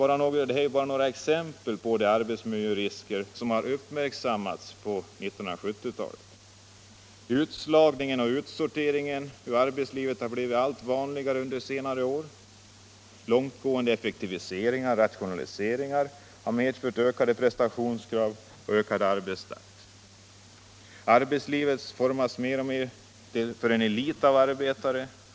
Detta är bara några exempel på arbetsmiljörisker som uppmärksammats under 1970-talet. Utslagningen och utsorteringen ur arbetslivet har blivit allt vanligare under senare år. Långtgående effektiviseringar och rationaliseringar, som medfört ökat prestationskrav och ökad arbetstakt, har genomförts. Arbetslivet formas mer och mer för en elit av arbetare.